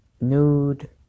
nude